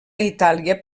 itàlia